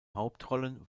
hauptrollen